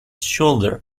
shoulder